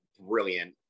brilliant